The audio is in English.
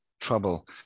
trouble